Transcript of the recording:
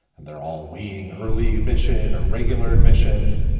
and they're all waiting early admission or regular admission?